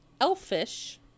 elfish